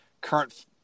current